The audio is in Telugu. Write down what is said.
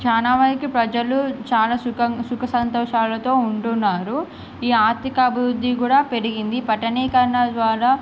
చాలా వరకి ప్రజలు చాలా సుక సుఖ సంతోషాలతో ఉంటున్నారు ఈ ఆర్థిక అభివృద్ధి కూడా పెరిగింది పట్టణీకరణ ద్వారా